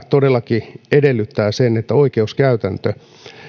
todellakin edellyttää että oikeuskäytäntö